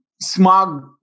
smog